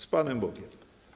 Z Panem Bogiem.